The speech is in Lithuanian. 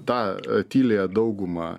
tą tyliąją daugumą